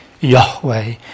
Yahweh